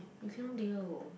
you cannot deal